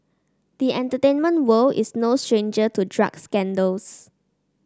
the entertainment world is no stranger to drug scandals